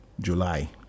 July